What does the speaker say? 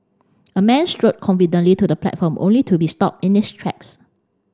a man strode confidently to the platform only to be stopped in his tracks